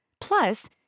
Plus